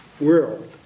world